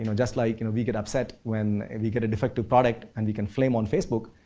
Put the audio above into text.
you know just like and we get upset when we get a defective product and we can flame on facebook,